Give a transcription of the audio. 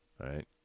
right